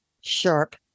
sharp